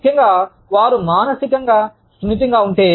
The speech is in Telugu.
ముఖ్యంగా వారు మానసికంగా సున్నితంగా ఉంటే